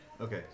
Okay